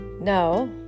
No